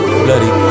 bloody